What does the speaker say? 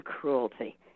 cruelty